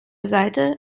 seite